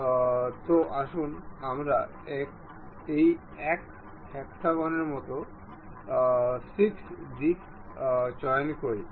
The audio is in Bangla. সুতরাং আসুন আমরা এই এক হেক্সাগনের সমস্ত 6 দিক চয়ন করি